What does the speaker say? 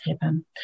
happen